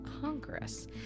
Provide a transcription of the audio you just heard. Congress